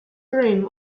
broome